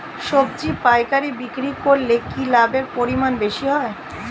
সবজি পাইকারি বিক্রি করলে কি লাভের পরিমাণ বেশি হয়?